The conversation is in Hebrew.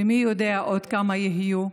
ומי יודע עוד כמה יהיו,